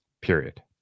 Period